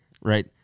Right